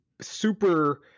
super